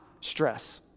stress